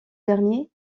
dernier